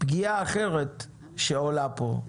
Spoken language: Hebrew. פגיעה אחרת שעולה פה,